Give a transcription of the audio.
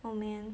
oh man